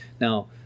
now